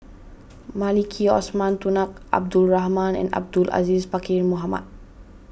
Maliki Osman Tunku Abdul Rahman Abdul Aziz Pakkeer Mohamed